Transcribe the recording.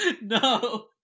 No